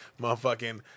Motherfucking